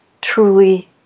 truly